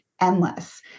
endless